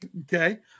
Okay